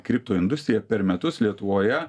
kripto industrija per metus lietuvoje